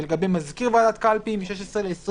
לגבי מזכיר ועדת קלפי מ-16 ל-21,